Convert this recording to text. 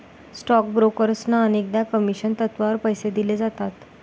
stock ब्रोकर्सना अनेकदा commission तत्त्वावर पैसे दिले जातात